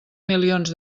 milions